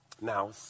now